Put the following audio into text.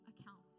accounts